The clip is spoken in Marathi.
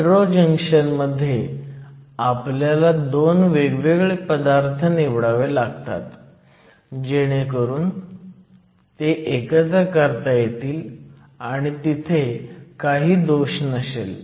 हेटेरो जंक्शन मध्ये आपल्याला दोन वेगवेगळे पदार्थ निवडावे लागतात जेणेकरून ते एकत्र करता येतील आणि तिथे काही दोष नसेल